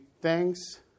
thanks